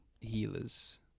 Healers